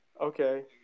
okay